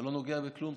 אתה לא נוגע בכלום,